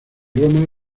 roma